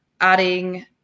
adding